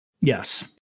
Yes